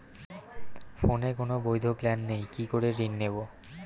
ফোনে কোন বৈধ প্ল্যান নেই কি করে ঋণ নেব?